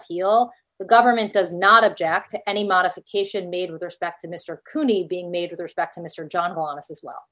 appeal the government does not object to any modification made with respect to mr cooney being made with respect to mr john thomas as well